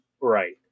Right